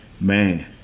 Man